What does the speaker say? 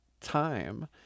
time